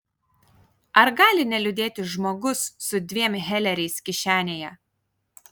ar gali neliūdėti žmogus su dviem heleriais kišenėje